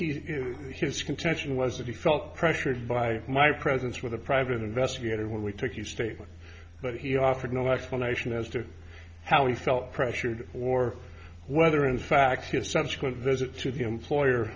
his contention was that he felt pressured by my presence with a private investigator when we took the statement but he offered no explanation as to how he felt pressured or whether in fact his subsequent visit to the employer